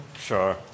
Sure